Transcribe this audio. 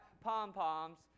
pom-poms